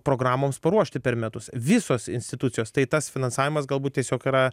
programoms paruošti per metus visos institucijos tai tas finansavimas galbūt tiesiog yra